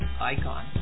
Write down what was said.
icon